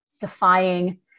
defying